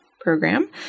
program